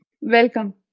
Welcome